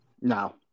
No